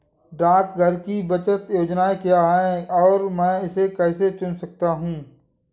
डाकघर की बचत योजनाएँ क्या हैं और मैं इसे कैसे चुन सकता हूँ?